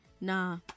Nah